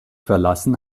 verlassen